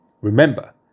Remember